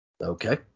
Okay